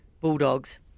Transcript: Bulldogs